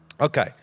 Okay